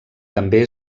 també